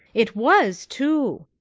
it was, too.